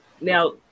now